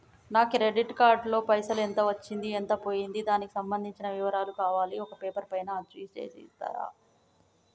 నా credit card లో పైసలు ఎంత వచ్చింది ఎంత పోయింది దానికి సంబంధించిన వివరాలు కావాలి ఒక పేపర్ పైన అచ్చు చేసి ఇస్తరా?